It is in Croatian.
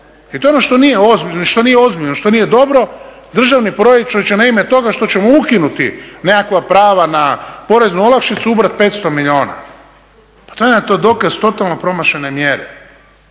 i to je ono što nije ozbiljno, što nije dobro državni proračun će na ime toga što ćemo ukinuti nekakva prava na poreznu olakšicu ubrat 500 milijuna, pa to je dokaz totalno promašene mjere.